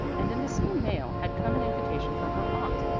and in the same mail had come an invitation from her aunt,